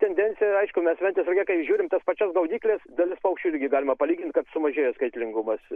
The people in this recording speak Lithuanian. tendencija aišku mes ventės rage kai žiūrim tas pačias gaudykles dalis paukščių irgi galima palygint kad sumažėjęs skaitlingumas